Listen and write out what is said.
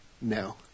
No